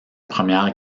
première